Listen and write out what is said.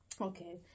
Okay